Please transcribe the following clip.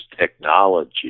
technology